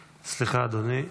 סליחה, אדוני.